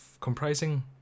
comprising